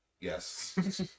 Yes